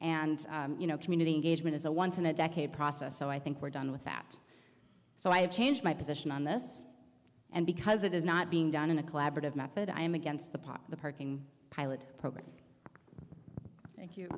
and you know community engagement is a once in a decade process so i think we're done with that so i have changed my position on this and because it is not being done in a collaborative method i am against the pop the parking pilot program thank you